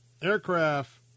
aircraft